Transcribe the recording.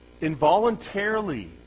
involuntarily